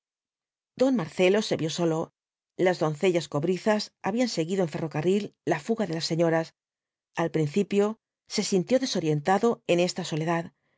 don marcelo se vio solo las doncellas cobrizas habían seguido en ferrocarril la fuga de las señoras al principio se sintió desorientado en esta soledad